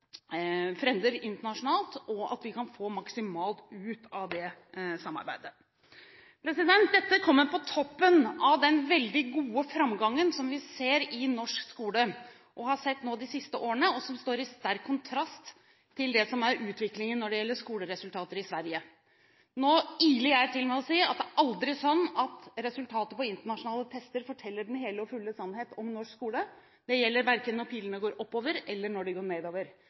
frender internasjonalt, og at de kan få maksimalt ut av det samarbeidet. Dette kommer på toppen av den veldig gode framgangen som vi ser i norsk skole, som vi har sett de siste årene, og som står i sterk kontrast til det som er utviklingen for skoleresultater i Sverige. Nå iler jeg til med å si at det aldri er sånn at resultater på internasjonale tester forteller den hele og fulle sannhet om norsk skole. Det gjelder verken når pilene går oppover, eller når de går nedover.